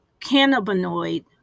cannabinoid